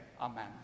amen